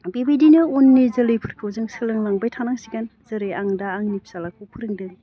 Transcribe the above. बेबायदिनो उननि जोलैफोरखौ जों सोलोंलांबाय थानांसिगोन जेरै आं दा आंनि फिसाज्लाखौ फोरोंदों